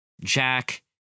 jack